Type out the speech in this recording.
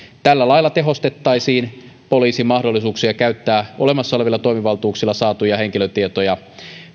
tällä lailla tehostettaisiin poliisin mahdollisuuksia käyttää olemassa olevilla toimivaltuuksilla saatuja henkilötietoja